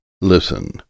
Listen